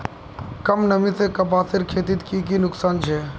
कम नमी से कपासेर खेतीत की की नुकसान छे?